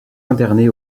interné